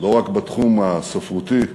לא רק בתחום הספרותי,